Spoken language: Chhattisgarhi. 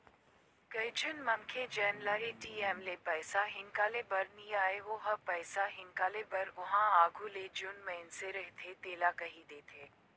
कइझन मनखे जेन ल ए.टी.एम ले पइसा हिंकाले बर नी आय ओ ह पइसा हिंकाले बर उहां आघु ले जउन मइनसे रहथे तेला कहि देथे